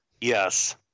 Yes